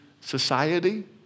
society